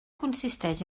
consisteix